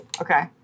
Okay